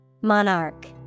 Monarch